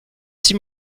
six